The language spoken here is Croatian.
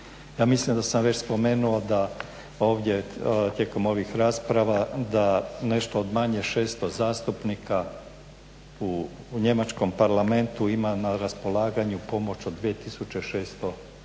Ja mislim da sam već spomenuo da ovdje tijekom ovih rasprava da nešto od manje 600 zastupnika u Njemačkom parlamentu ima na raspolaganju pomoć od 2600